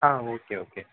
ah okay okay